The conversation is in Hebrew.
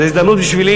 זאת הזדמנות בשבילי,